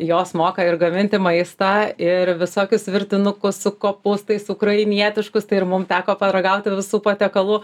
jos moka ir gaminti maistą ir visokius virtinukus su kopūstais ukrainietiškus tai ir mum teko paragauti visų patiekalų